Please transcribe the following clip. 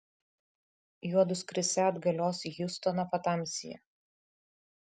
juodu skrisią atgalios į hjustoną patamsyje